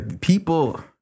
people